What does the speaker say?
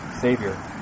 Savior